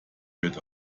wird